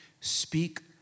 speak